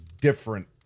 different